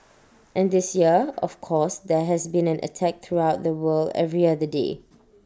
and this year of course there has been an attack throughout the world every other day